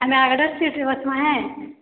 ଆମେ ଆଗଟା ସିଟ୍ରେ ବସିବା ହେଁ